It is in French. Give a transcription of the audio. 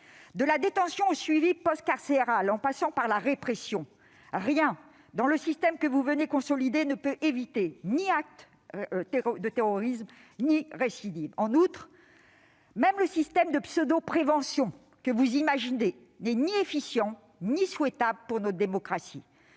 De la détention au suivi post-carcéral, en passant par la répression, rien, dans le système que vous venez consolider, ne peut éviter actes de terrorisme ou récidives. En outre, le système de pseudo-prévention que vous imaginez n'est ni efficient ni souhaitable pour notre démocratie.